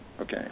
okay